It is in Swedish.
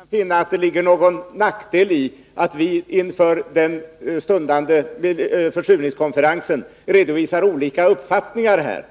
Herr talman! Jag vill bara till Lennart Brunander säga att jag inte kan finna att det ligger någon nackdel i att vi inför den stundande försurningskonferensen redovisar olika uppfattningar.